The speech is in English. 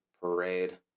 Parade